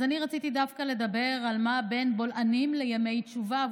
אני רציתי דווקא לדבר על מה בין בולענים לימי תשובה,